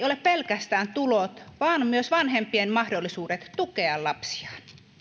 ole pelkästään tulot vaan myös vanhempien mahdollisuudet tukea lapsiaan